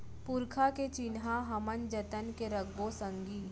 पुरखा के चिन्हा हमन जतन के रखबो संगी